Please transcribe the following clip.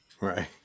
Right